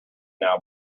now